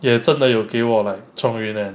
也真的有给我 like zhong yun and